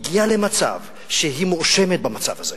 היא הגיעה למצב שהיא מואשמת במצב הזה.